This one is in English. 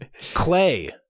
Clay